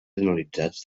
analitzats